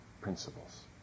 principles